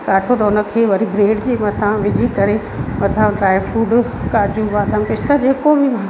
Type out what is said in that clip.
त थ उनखे वरी ब्रेड जे मथां विझी करे मथां ड्राए फ्रूट काजू बादाम पिस्ता ॿियों को बि